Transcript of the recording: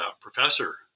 professor